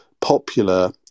popular